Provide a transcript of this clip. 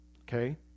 okay